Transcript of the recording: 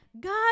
God